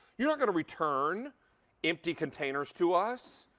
you're not going to return empty containers to us.